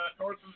North